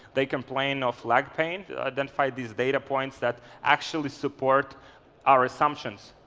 they complain of leg pain. identified these data points that actually support our assumptions.